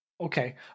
Okay